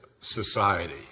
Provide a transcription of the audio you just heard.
society